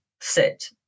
sit